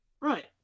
Right